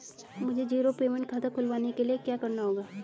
मुझे zero payment खाता खुलवाने के लिए क्या करना होगा?